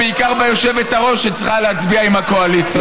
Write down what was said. בעיקר ביושבת-ראש שצריכה להצביע עם הקואליציה.